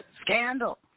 Scandal